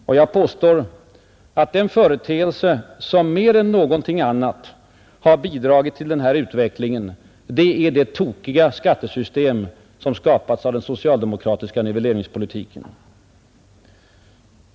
Och jag påstår, att den företeelse som mer än något annat bidragit till denna utveckling är det tokiga skattesystem som skapats av den socialdemokratiska nivelleringspolitiken.